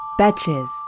Betches